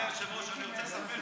אדוני היושב-ראש, אני רוצה לספר לך.